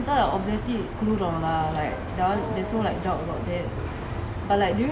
so winter obviously குளுரும்ல:kulurumla that one like there's no doubt about that